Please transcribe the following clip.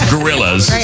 Gorillas